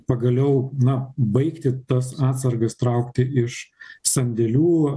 pagaliau na baigti tas atsargas traukti iš sandėlių